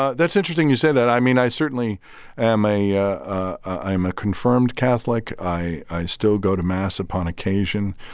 ah that's interesting you say that. i mean, i certainly am a ah a i'm a confirmed catholic. i i still go to mass upon occasion,